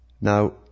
Now